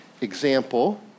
example